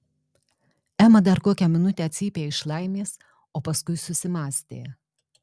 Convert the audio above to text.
ema dar kokią minutę cypė iš laimės o paskui susimąstė